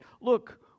Look